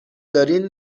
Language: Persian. دارین